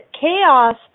chaos